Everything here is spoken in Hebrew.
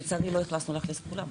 לצערי לא הצלחנו לאלכס את כולם.